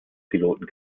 piloten